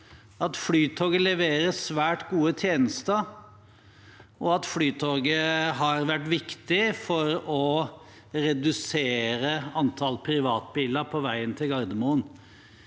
at Flytoget leverer svært gode tjenester, og at Flytoget har vært viktig for å redusere antall privatbiler på veien til Gardermoen.